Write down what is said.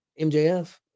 MJF